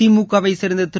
திமுகவைச் சேர்ந்த திரு